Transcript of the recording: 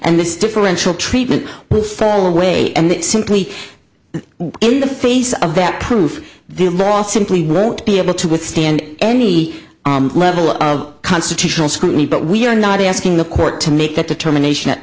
and this differential treatment away and that simply in the face of that proof the law simply won't be able to withstand any level of constitutional scrutiny but we are not asking the court to make that determination at